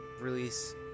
release